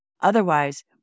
Otherwise